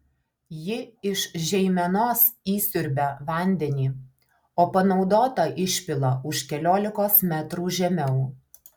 ji iš žeimenos įsiurbia vandenį o panaudotą išpila už keliolikos metrų žemiau